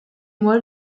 mois